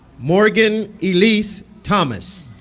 morgan elleese thomas